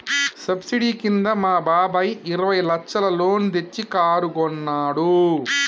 subsidy కింద మా బాబాయ్ ఇరవై లచ్చల లోన్ తెచ్చి కారు కొన్నాడు